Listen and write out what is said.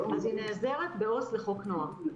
היא נעזרת בעו"ס לחוק נוער.